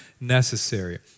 necessary